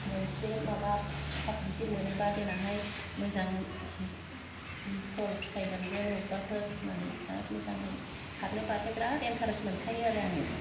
मोनसे माबा सार्टिफिकेट मोनोबा देनांहाय मोजां फल फिथाइ मोनगोन अबावबाफोर होननानै बेराद मोजाङै खारनो बारनो बेराद एन्टारेस्ट मोनखायो आरो आङो